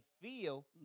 feel